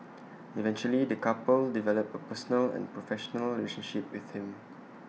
eventually the couple developed A personal and professional relationship with him